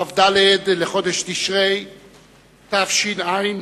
כ"ד בחודש תשרי תש"ע,